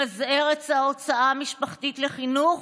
למזער את ההוצאה המשפחתית על חינוך,